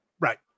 right